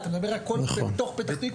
הסביבה, אתה מדבר הכל בתוך פ"ת?